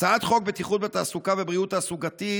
הצעת חוק בטיחות בתעסוקה ובריאות תעסוקתית